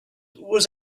was